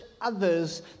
others